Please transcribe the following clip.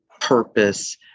purpose